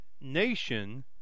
nation